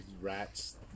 rats